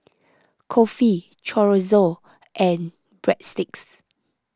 Kulfi Chorizo and Breadsticks